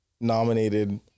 nominated